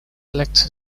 elects